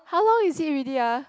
how long is it already ah